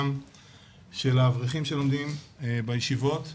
גם של האברכים שלומדים בישיבות,